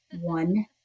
one